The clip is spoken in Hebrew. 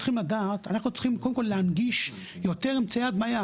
צריכים להנגיש יותר אמצעי הדמיה,